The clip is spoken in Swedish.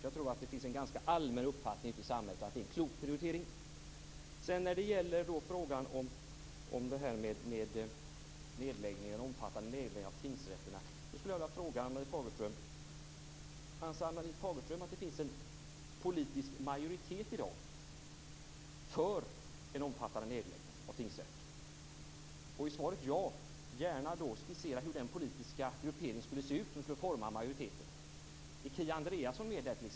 Jag tror att det ute i samhället finns en allmän uppfattning om att det är en klok prioritering. Ann-Marie Fagerström att det i dag finns en politisk majoritet för en omfattande nedläggning av tingsrätter? Är svaret ja, skissera då gärna hur den politiska gruppering skulle se ut som formar den majoriteten! Är Kia Andreasson med där?